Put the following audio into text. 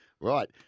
Right